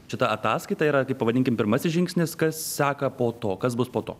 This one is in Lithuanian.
šita ataskaita yra kaip pavadinkim pirmasis žingsnis kas seka po to kas bus po to